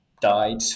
died